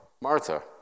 Martha